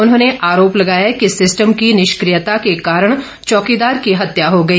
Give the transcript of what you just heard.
उन्होंने आरोप लगाया कि सिस्टम की निष्क्रियता के कारण चौकीदार की हत्या हो गई